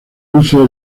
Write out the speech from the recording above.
uso